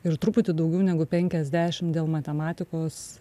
ir truputį daugiau negu penkiasdešim dėl matematikos